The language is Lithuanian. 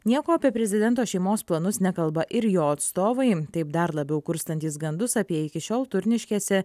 nieko apie prezidento šeimos planus nekalba ir jo atstovai taip dar labiau kurstantys gandus apie iki šiol turniškėse